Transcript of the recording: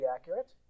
accurate